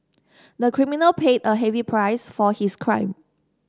the criminal paid a heavy price for his crime